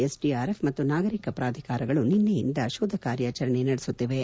SDRF ಮತ್ತು ನಾಗರಿಕ ಪ್ರಾಧಿಕಾರಿಗಳು ನಿನ್ನೆಯಿಂದ ಜಂಟಿ ಶೋಧ ಕಾರ್ಯಾಚರಣೆ ನಡೆಸುತ್ತಿವೆ